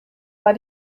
war